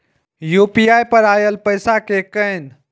UPI पर आएल पैसा कै कैन?